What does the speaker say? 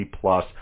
plus